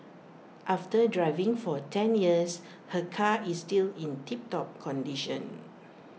after driving for ten years her car is still in tiptop condition